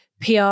PR